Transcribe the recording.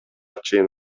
чейин